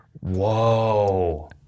Whoa